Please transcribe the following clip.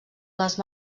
les